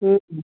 ह् ह